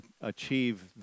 achieve